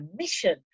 mission